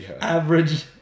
Average